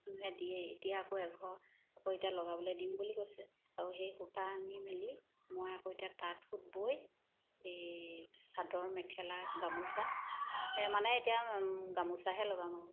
মোকহে দিয়েই এতিয়া আকৌ এঘৰৰ আকৌ এতিয়া লগাবলৈ দিম বুলি কৈছে আৰু সেই সূতা আনি মেলি মই আকৌ এতিয়া তাঁত সুত বৈ এই চাদৰ মেখেলা গামোচা মানে এতিয়া গামোচাহে লগাম